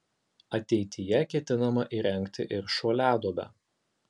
ateityje ketinama įrengti ir šuoliaduobę